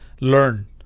Learn